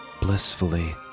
blissfully